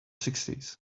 sixties